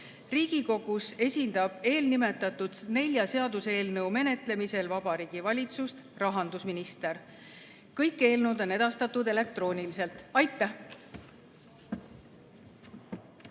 Riigikogus esindab eelnimetatud nelja seaduseelnõu menetlemisel Vabariigi Valitsust rahandusminister. Kõik eelnõud on edastatud elektrooniliselt. Aitäh!